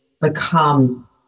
become